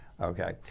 okay